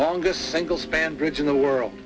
longest single span bridge in the world